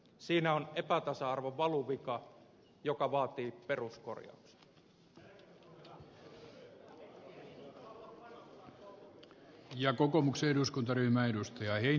siinä on epätasa arvon valuvika joka vaatii peruskorjauksen